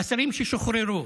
אסירים ששוחררו.